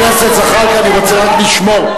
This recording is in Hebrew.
חבר הכנסת זחאלקה, אני רוצה רק לשמור.